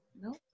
no